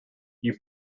you